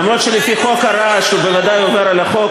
למרות שלפי חוק הרעש הוא בוודאי עובר על החוק,